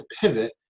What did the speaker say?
pivot